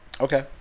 Okay